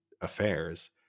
affairs